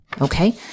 Okay